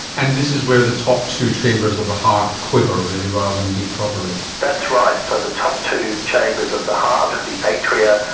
and this is where the top two chambers of the heart quiver really rather than beat properly. that's right. so the top two chambers of the heart, the atria,